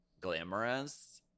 glamorous